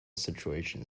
situation